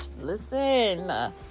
listen